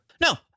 No